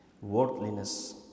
worldliness